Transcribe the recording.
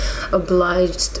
obliged